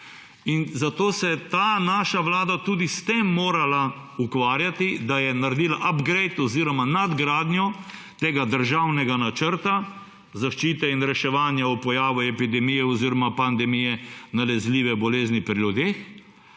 Zato se je ta naša vlada tudi s tem morala ukvarjati, da je naredila upgrade oziroma nadgradnjo tega Državnega načrta zaščite in reševanja ob pojavu epidemije oziroma pandemije nalezljive bolezni pri ljudeh